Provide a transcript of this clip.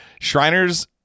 Shriners